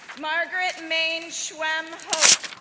margaret mayne schwemm hoch,